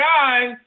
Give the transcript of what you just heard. guys